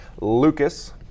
lucas